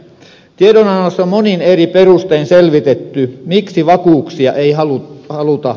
tiedonannossa on monin eri perustein selvitetty miksi vakuuksia ei haluta vaatia